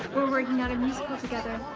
we're working on a musical together.